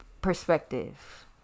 perspective